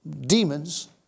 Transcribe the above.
demons